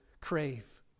crave